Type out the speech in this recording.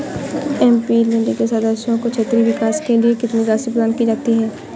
MP land के सदस्यों को क्षेत्रीय विकास के लिए कितनी राशि प्रदान की जाती है?